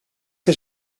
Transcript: que